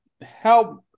help